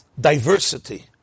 Diversity